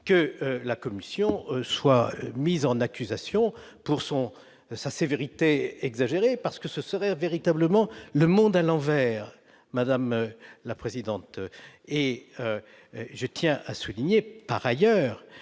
la commission soit mise en accusation pour sa sévérité exagérée. Ce serait véritablement le monde à l'envers, madame la présidente ! Je tiens à souligner par ailleurs,